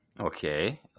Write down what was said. Okay